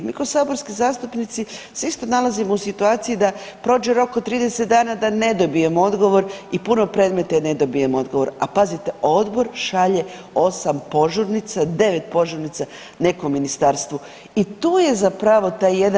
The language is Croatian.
Mi kao saborski zastupnici se isto nalazimo u situaciji da prođe rok od 30 dana da ne dobijemo odgovor i puno predmeta ne dobijemo odgovor, a pazite, Odbor šalje 8 požurnica, 9 požurnica nekom ministarstvu i tu je zapravo taj jedan [[Upadica: Hvala.]] ključ problema.